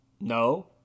no